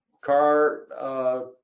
car